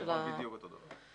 בדיוק אותו הדבר.